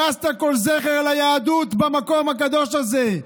הרסת כל זכר ליהדות במקום הקדוש הזה.